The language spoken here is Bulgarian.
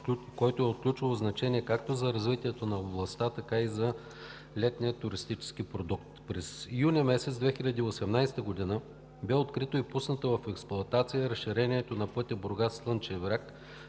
който е от ключово значение както за развитието на областта, така и за летния туристически продукт. През месец юни 2018 г. бе открито и пуснато в експлоатация разширението на пътя Бургас – Слънчев